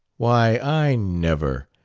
why, i never,